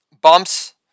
bumps